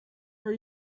are